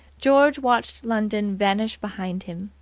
george watched london vanish behind him.